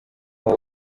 wiga